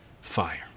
fire